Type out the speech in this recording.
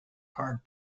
card